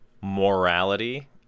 morality